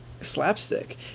slapstick